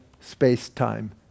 space-time